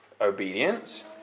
obedience